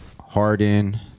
Harden